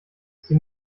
sie